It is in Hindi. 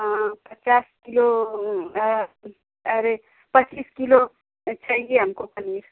हाँ पचास किलो अरे पच्चीस किलो चाहिए हमको पनीर